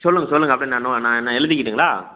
சொல்லுங்கள் சொல்லுங்கள் அப்டி நான் நோ நான் நான் எழுதிகிட்டுங்ளா